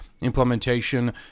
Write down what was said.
implementation